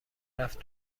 رفت